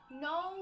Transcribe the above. No